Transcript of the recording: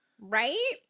right